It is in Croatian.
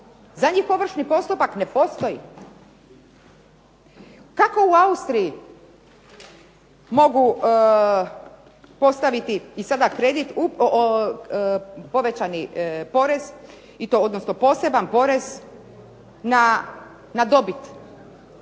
za njih ovršni postupak ne postoji. Kako u Austriji mogu postaviti i sada kredit, odnosno povećani porez i to odnosno poseban porez na dobit